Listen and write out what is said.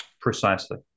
Precisely